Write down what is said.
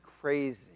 crazy